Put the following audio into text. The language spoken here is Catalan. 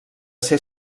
ser